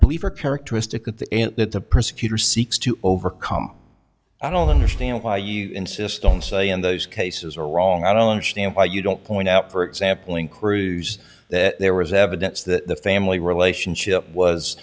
belief or characteristic that the persecutor seeks to overcome i don't understand why you insist on say and those cases are wrong i don't understand why you don't point out for example in cruise that there was evidence that the family relationship was